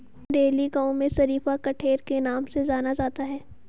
नंदेली गांव में शरीफा कठेर के नाम से जाना जाता है